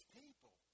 people